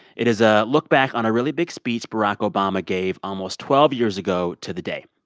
it is a look back on a really big speech barack obama gave almost twelve years ago to the day.